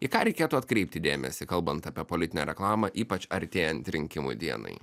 į ką reikėtų atkreipti dėmesį kalbant apie politinę reklamą ypač artėjant rinkimų dienai